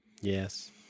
Yes